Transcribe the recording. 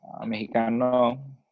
Mexicano